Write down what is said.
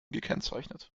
gekennzeichnet